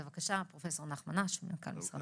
בבקשה, פרופסור נחמן אש, מנכ"ל משרד הבריאות.